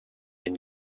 been